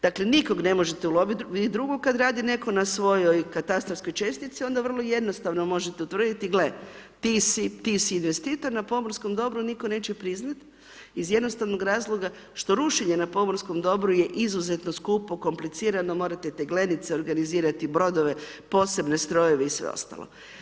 Dakle, nikoga ne možete uloviti… [[Govornik se ne razumije]] kad radi netko na svojoj katarskoj čestici, onda vrlo jednostavno možete utvrditi, gle, ti si investitor, na pomorskom dobru nitko neće priznati iz jednostavnog razloga što rušenje na pomorskom dobru je izuzetno skupo, komplicirano, morate teglenice organizirati, brodove, posebne strojeve i sve ostalo.